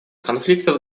конфликтов